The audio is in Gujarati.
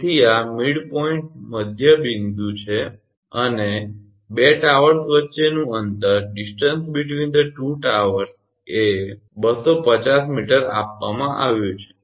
તેથી આ મધ્ય બિંદુ છે અને બે ટાવર્સ વચ્ચેનું અંતર એ 250 𝑚 આપવામાં આવ્યું છે